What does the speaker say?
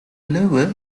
lower